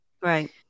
Right